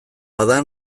bada